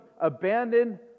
abandoned